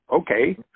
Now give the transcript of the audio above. Okay